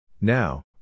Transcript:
Now